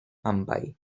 mumbai